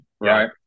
right